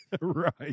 Right